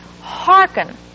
hearken